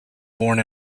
born